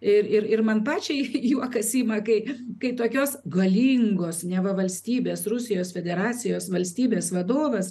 ir ir ir man pačiai juokas ima kai kai tokios galingos neva valstybės rusijos federacijos valstybės vadovas